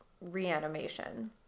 reanimation